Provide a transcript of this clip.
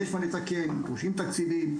יש מה לתקן, דרושים תקציבים.